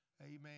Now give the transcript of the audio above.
Amen